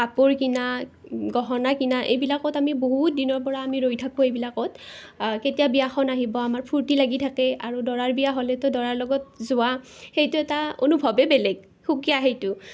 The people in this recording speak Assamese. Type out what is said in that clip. কাপোৰ কিনা গহনা কিনা এইবিলাকত আমি বহুত দিনৰ পৰা আমি ৰৈ থাকোঁ এইবিলাকত কেতিয়া বিয়াখন আহিব আমাৰ ফূৰ্ত্তি লাগি থাকে আৰু দৰাৰ বিয়া হ'লেতো দৰাৰ লগত যোৱা সেইটো এটা অনুভৱে বেলেগ সুকীয়া সেইটো